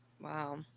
Wow